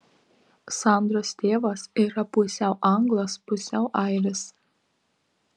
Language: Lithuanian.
sandros tėvas yra pusiau anglas pusiau airis